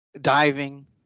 diving